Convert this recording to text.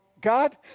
God